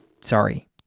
Sorry